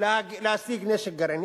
להשיג נשק גרעיני,